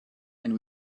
and